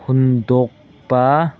ꯍꯨꯟꯗꯣꯛꯄ